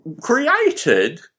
created